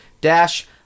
dash